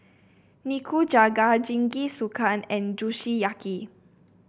Nikujaga Jingisukan and Kushiyaki